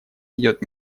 идет